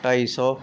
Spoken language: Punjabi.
ਢਾਈ ਸੌ